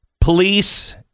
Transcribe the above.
Police